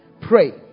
pray